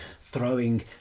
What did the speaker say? throwing